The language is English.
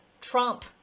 Trump